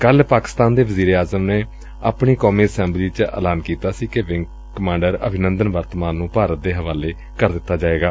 ਕੱਲ ਪਾਕਿਸਤਾਨ ਦੇ ਵਜੀਰੇ ਆਜ਼ਮ ਨੇ ਆਪਣੀ ਕੌਮੀ ਅਸੈਂਬਲੀ ਚ ਐਲਾਨ ਕੀਤਾ ਸੀ ਕਿ ਵਿੰਗ ਕਮਾਂਡਰ ਅਭਿਨੰਦਨ ਵਰਤਮਾਨ ਨੂੰ ਭਾਰਤ ਦੇ ਹਵਾਲੇ ਕਰ ਦਿੱਤਾ ਜਾਏਗਾ